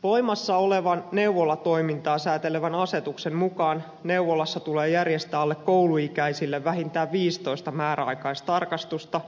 voimassa olevan neuvolatoimintaa säätelevän asetuksen mukaan neuvolassa tulee järjestää alle kouluikäisille vähintään viisitoista määräaikaistarkastusta